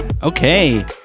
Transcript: Okay